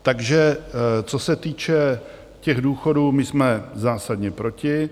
Takže co se týče důchodů, my jsme zásadně proti.